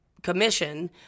Commission